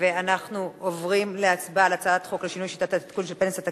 ואנחנו עוברים להצבעה על הצעת חוק לשינוי שיטת העדכון של פנסיה תקציבית,